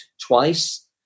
twice